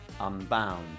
Unbound